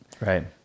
Right